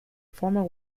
formal